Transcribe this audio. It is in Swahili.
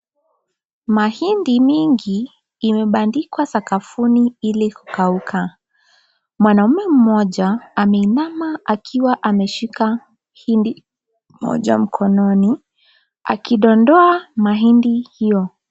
Mahindi mingi imebandikwa sakafuni ili kukauka. Mwanaume mmoja ameinama akiwa ameshika hindi moja mkononi, akidondoa mahindi hiyo.